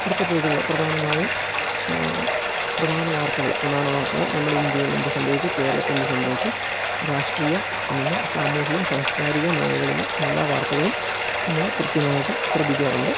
അടുത്ത പേജുകൾ പ്രധാനമായും പ്രധാന വാർത്തകൾ പ്രധാന വാർത്തകൾ നമ്മുടെ ഇന്ത്യയിൽ എന്ത് സംഭവിച്ചു കേരളത്തിൽ എന്തു സംഭവിച്ചു രാഷ്ട്രീയ സിനിമ സാമൂഹിക സാംസ്കാരിക മേഖലകളിലെ എല്ലാ വാർത്തകളും നമ്മൾ കൃത്യമായിട്ട് ശ്രദ്ധിക്കാറുണ്ട്